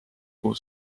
kuhu